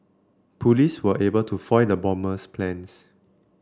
police were able to foil the bomber's plans